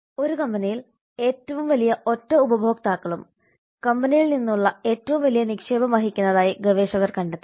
ഒരു കമ്പനിയിൽ ഏറ്റവും വലിയ ഒറ്റ ഉപഭോക്താക്കളും കമ്പനിയിൽ നിന്നുള്ള ഏറ്റവും വലിയ നിക്ഷേപം വഹിക്കുന്നതായി ഗവേഷകർ കണ്ടെത്തി